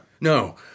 No